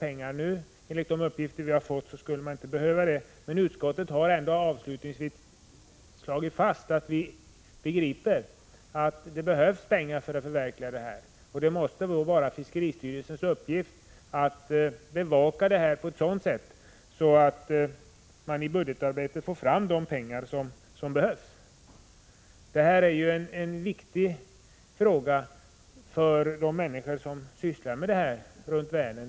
Enligt de uppgifter vi har fått skulle något sådant tillskott inte vara nödvändigt, men utskottet har avslutningsvis slagit fast att vi förstår att det behövs pengar för att förverkliga det här projektet. Det måste emellertid vara fiskeristyrelsens uppgift att bevaka detta på ett sådant sätt att man i budgetarbetet får fram de pengar som behövs. Detta är en viktig fråga för de människor runt Vänern som sysslar med laxfiske.